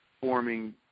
forming